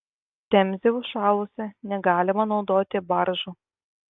temzė užšalusi negalima naudoti baržų